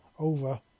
Over